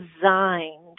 designed